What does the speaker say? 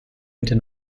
meter